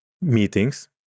meetings